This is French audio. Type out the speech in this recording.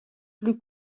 plus